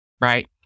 Right